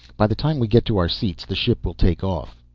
by the time we get to our seats the ship will take off.